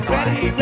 Ready